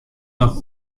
noch